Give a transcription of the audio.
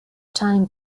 time